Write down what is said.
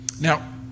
Now